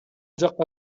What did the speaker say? жакка